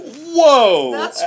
Whoa